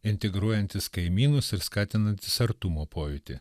integruojantis kaimynus ir skatinantis artumo pojūtį